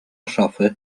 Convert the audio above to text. szafy